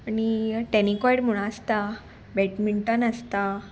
आनी टॅनीकॉयट म्हणून आसता बॅटमिंटन आसता